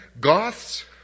Goths